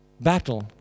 battle